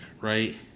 right